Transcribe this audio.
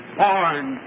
born